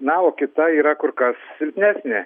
na o kita yra kur kas silpnesnė